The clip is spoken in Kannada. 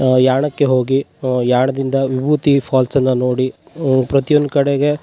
ಯಾಣಕ್ಕೆ ಹೋಗಿ ಯಾಣದಿಂದ ವಿಭೂತಿ ಫಾಲ್ಸನ್ನ ನೋಡಿ ಪ್ರತಿಯೊಂದು ಕಡೆಗೆ